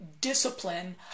discipline